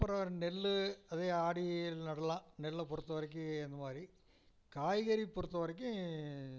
அப்புறம் நெல் அதே ஆடியில் நடலாம் நெல்லை பொறுத்தவரைக்கும் அந்த மாதிரி காய்கறி பொறுத்தவரைக்கும்